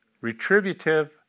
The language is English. retributive